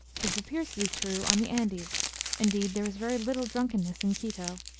this appears to be true on the andes indeed, there is very little drunkenness in quito.